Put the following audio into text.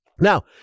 Now